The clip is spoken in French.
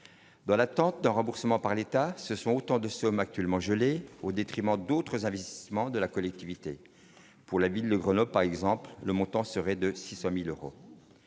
dans l'attente d'un remboursement par l'État, ce sont autant de sommes actuellement gelés au détriment d'autres investissements de la collectivité pour la ville de Grenoble par exemple le montant serait de 600000 euros,